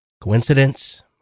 Coincidence